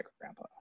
grandpa